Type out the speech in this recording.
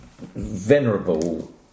venerable